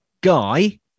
Guy